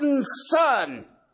son